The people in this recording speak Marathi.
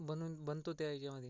बनून बनतो त्या याच्यामध्ये